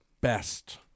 best